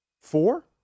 four